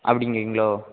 அப்படிங்கிறீங்களோ